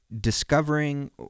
discovering